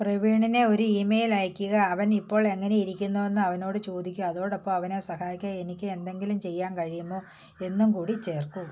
പ്രവീണിന് ഒരു ഇമെയിൽ അയയ്ക്കുക അവൻ ഇപ്പോൾ എങ്ങനെ ഇരിക്കുന്നുവെന്ന് അവനോട് ചോദിക്കൂ അതോടൊപ്പം അവനെ സഹായിക്കാൻ എനിക്ക് എന്തെങ്കിലും ചെയ്യാൻ കഴിയുമോ എന്നും കൂടി ചേർക്കൂ